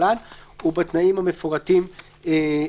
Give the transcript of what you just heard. השאלה אם בסוף יהיה